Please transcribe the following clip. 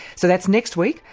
so that's next week.